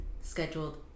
scheduled